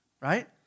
right